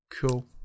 cool